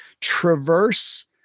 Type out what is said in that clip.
traverse